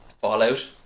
Fallout